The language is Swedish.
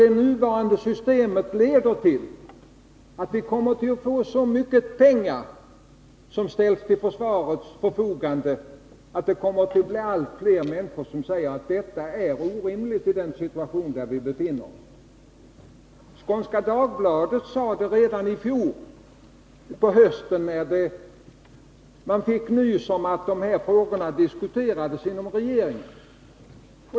Det här systemet leder nämligen till att så mycket pengar ställs till försvarets förfogande att allt fler människor säger att detta är orimligt i den nuvarande situationen. Skånska Dagbladet skrev om saken redan i fjol höst, när tidningen fick nys om att de här frågorna diskuterades inom regeringen.